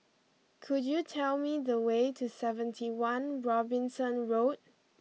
could you tell me the way to seventy one Robinson Road